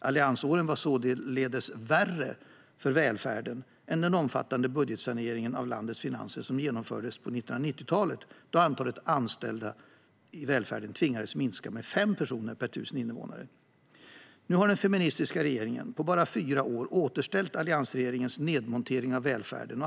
Alliansåren var således värre för välfärden än den omfattande budgetsanering av landets finanser som genomfördes på 1990-talet, då man tvingades minska antalet anställda i välfärden med 5 personer per 1 000 invånare. Nu har den feministiska regeringen på bara fyra år återställt välfärden efter alliansregeringens nedmontering.